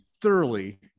thoroughly